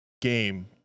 game